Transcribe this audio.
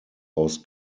aus